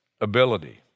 ability